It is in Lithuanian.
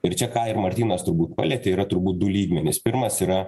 ir čia ką ir martynas turbūt palietė yra turbūt du lygmenys pirmas yra